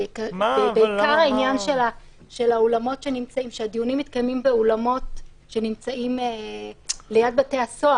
בעיקר העניין שהדיונים מתקיימים באולמות שנמצאים ליד בתי הסוהר.